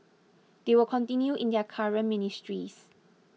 they will continue in their current ministries